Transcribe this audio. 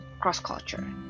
cross-culture